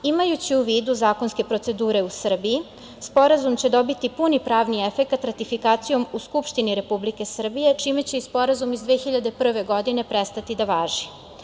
Imajući u vidu zakonske procedure u Srbiji, Sporazum će dobiti i puni pravni efekat ratifikacijom u Skupštini Republike Srbije, čime će i Sporazum iz 2001. godine prestati da važi.